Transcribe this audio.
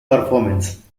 performance